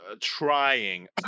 trying